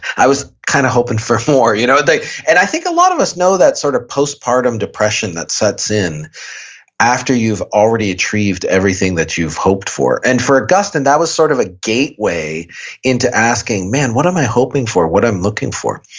i was kind of hoping for more. you know and i think a lot of us know that sort of postpartum depression that sets in after you've already achieved everything that you've hoped for and for augustine, that was sort of a gateway into asking, man, what am i hoping for? what i'm looking for?